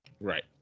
Right